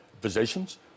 positions